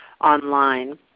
online